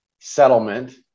settlement